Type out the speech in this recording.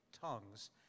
tongues